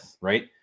right